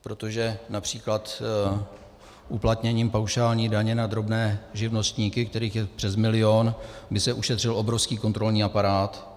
Protože například uplatněním paušální daně na drobné živnostníky, kterých je přes milion, by se ušetřil obrovský kontrolní aparát.